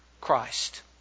Christ